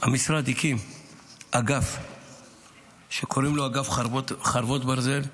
המשרד הקים אגף שקוראים לו "אגף חרבות ברזל",